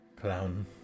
clown